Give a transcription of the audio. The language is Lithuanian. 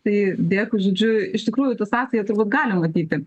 tai dėkui žodžiu iš tikrųjų tą sąsają turbūt galim matyti